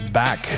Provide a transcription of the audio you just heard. back